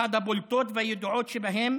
אחת הבולטות והידועות שבהם